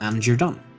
and you're done.